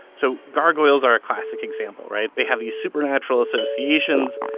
so, gargoyles are a classic example, right? they have these supernatural associations,